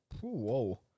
whoa